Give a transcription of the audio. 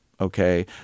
Okay